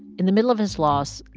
in the middle of his loss,